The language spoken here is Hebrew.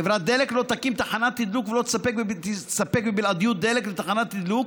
חברת דלק לא תקים תחנת תדלוק ולא תספק בבלעדיות דלק לתחנת תדלוק,